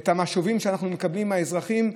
מה המשובים שאנחנו מקבלים מהאזרחים,